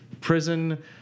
prison